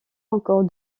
encore